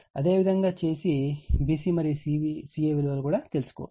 అదేవిధంగా చేసి bc మరియు ca విలువలు కూడా తెలుసుకోవచ్చు